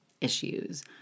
issues